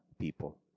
people